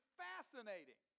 fascinating